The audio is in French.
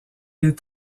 est